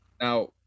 Now